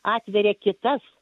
atveria kitas